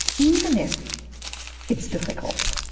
even if it's difficult.